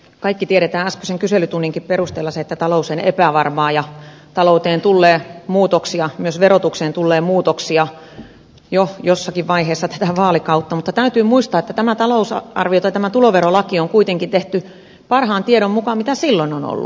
kaikki tiedämme äskeisen kyselytunninkin perusteella sen että talous on epävarmaa ja talouteen tullee muutoksia myös verotukseen tullee muutoksia jo jossakin vaiheessa tätä vaalikautta mutta täytyy muistaa että tämä talousarvio tai tämä tuloverolaki on kuitenkin tehty parhaan tiedon mukaan mitä silloin on ollut